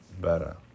better